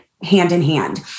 hand-in-hand